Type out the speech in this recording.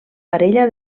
parella